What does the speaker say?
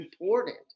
important